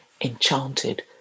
enchanted